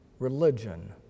Religion